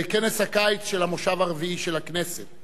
של המושב הרביעי של הכנסת.